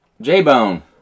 j-bone